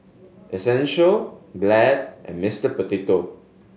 Essential Glad and Mister Potato